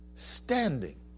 Standing